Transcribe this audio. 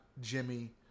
Jimmy